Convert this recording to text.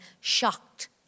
shocked